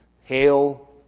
hail